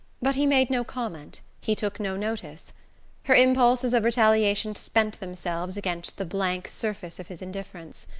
but he made no comment, he took no notice her impulses of retaliation spent themselves against the blank surface of his indifference.